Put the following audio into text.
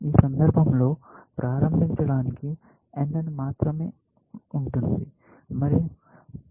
ఈ సందర్భంలో ప్రారంభించడానికి n మాత్రమే ఉంటుంది